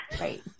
right